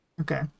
Okay